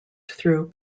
through